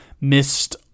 missed